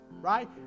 Right